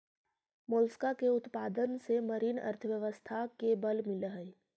Mollusca के उत्पादन से मरीन अर्थव्यवस्था के बल मिलऽ हई